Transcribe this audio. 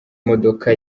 imodoka